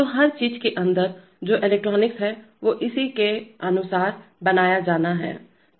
तो हर चीज़ के अंदर जो इलेक्ट्रॉनिक्स है वो उसी के अनुसार बनाया जाना है